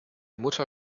mutter